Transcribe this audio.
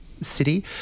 city